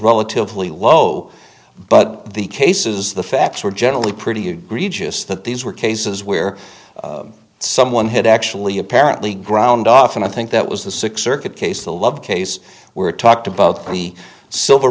relatively low but the cases the facts were generally pretty egregious that these were cases where someone had actually apparently ground off and i think that was the six circuit case the love case where talk to both the silver